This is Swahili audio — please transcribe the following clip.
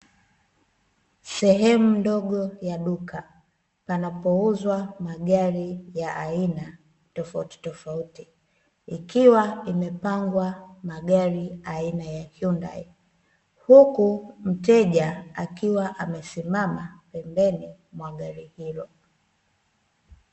Sehemu ndogo ya duka, panapouzwa magari ya aina tofautitofauti, ikiwa imepangwa magari aina ya Hyundai, huku mteja akiwa amesimama pembeni mwa gari hilo.